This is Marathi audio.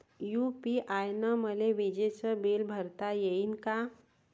यू.पी.आय न मले विजेचं बिल भरता यीन का?